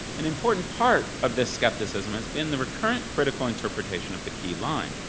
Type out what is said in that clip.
an important part of this skepticism has been the recurrent critical interpretation of the key line,